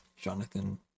Jonathan